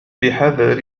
بحذر